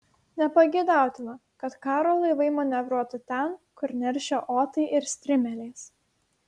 nepageidautina kad karo laivai manevruotų ten kur neršia otai ir strimelės